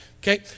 okay